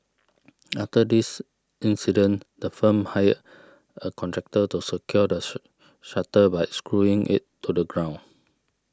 after this incident the firm hired a contractor to secure the shutter by screwing it to the ground